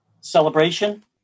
celebration